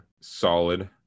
solid